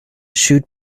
shoot